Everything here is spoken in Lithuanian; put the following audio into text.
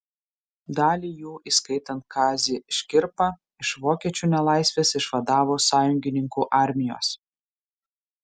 dalį jų įskaitant kazį škirpą iš vokiečių nelaisvės išvadavo sąjungininkų armijos